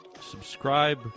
subscribe